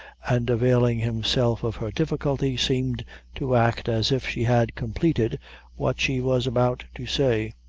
and availing' himself of her difficulty, seemed to act as if she had completed what she was about to say.